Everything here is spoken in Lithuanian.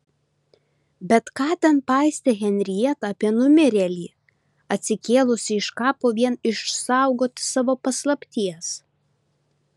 bet ką ten paistė henrieta apie numirėlį atsikėlusį iš kapo vien išsaugoti savo paslapties